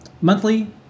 monthly